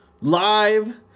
live